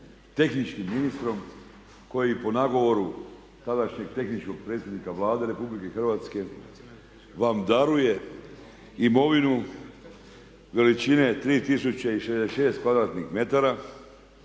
tehničkim ministrom koji po nagovoru tadašnjeg tehničkog predsjednika Vlade Republike Hrvatske vam daruje imovinu veličine 3066